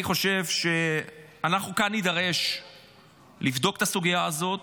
אני חושב שאנחנו כאן נידרש לבדוק את הסוגיה הזאת,